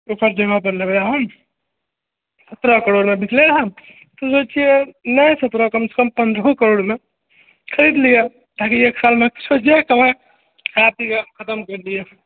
ओकर जगह पर लेबय हम सत्रह करोड़मे बिकले हन सोचैत छियै नहि सत्रह कमसे कम पन्द्रहो करोड़ लऽ खरीद लिअ ताकि एक सालमे जे कमाइ खा पीकऽ खतम करि दियै